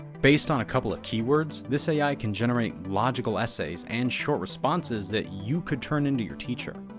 based on a couple of keywords, this ai ai can generate logical essays and short responses that you could turn into your teacher.